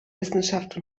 wissenschaft